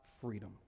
freedom